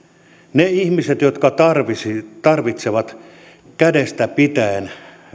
ne ihmiset jotka tarvitsevat kädestä pitäen